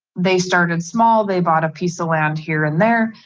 they started small, they bought a piece of land here and there,